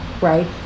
right